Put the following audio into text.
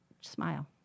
smile